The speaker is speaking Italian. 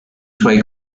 suoi